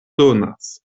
donas